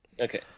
Okay